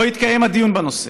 לא התקיים הדיון בנושא.